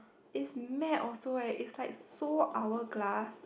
is mad also eh is like so hourglass